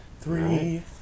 Three